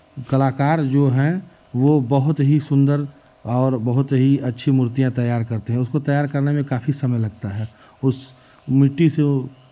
कलाकार जो हैं वो बहुत ही सुंदर और बहुत ही अच्छी मूर्तियाँ तैयार करते हैं उसको तैयार करने में काफी समय लगता है उस मिट्टी से